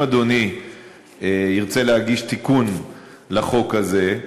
אם אדוני ירצה להגיש תיקון לחוק הזה,